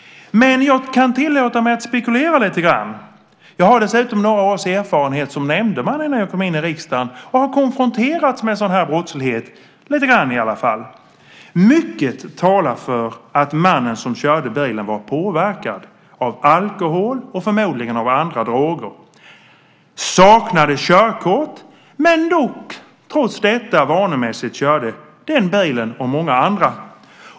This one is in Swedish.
Men jag kan tillåta mig att spekulera lite grann. Jag har dessutom några års erfarenhet som nämndeman innan jag kom in i riksdagen och har konfronterats med sådan här brottslighet - lite grann i alla fall. Mycket talar för att mannen som körde bilen var påverkad av alkohol och förmodligen av andra droger, saknade körkort men trots detta vanemässigt körde den bilen och många andra.